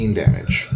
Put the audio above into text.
damage